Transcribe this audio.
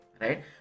Right